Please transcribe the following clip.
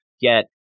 get